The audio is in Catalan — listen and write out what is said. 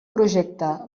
projecte